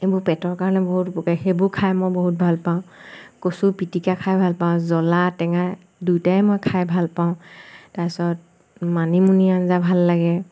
এইবোৰ পেটৰ কাৰণে বহুত উপকাৰী সেইবোৰ খাই মই বৰ ভাল পাওঁ কচু পিটিকা খাই ভাল পাওঁ জ্বলা টেঙা দুয়োটাই মই খাই ভাল পাওঁ তাৰপিছত মানিমুনি আঞ্জা ভাল লাগে